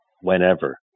whenever